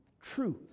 truth